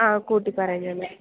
ആ കൂട്ടി പറഞ്ഞാൽ മതി